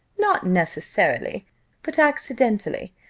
not necessarily but accidentally.